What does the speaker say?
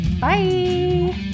Bye